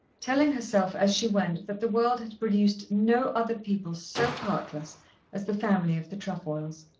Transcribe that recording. telling herself as she went that the world had produced no other people so heartless as the family of the trefoils.